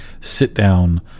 sit-down